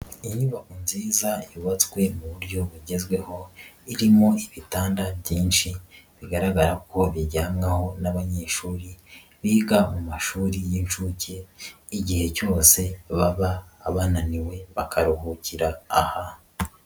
Inyubako nziza yubatswe mu buryo bugezweho, irimo ibitanda byinshi bigaragara ko bijyamwaho n'abanyeshuri biga mu mashuri y'inshuke, igihe cyose baba bananiwe bakaruhukira aha.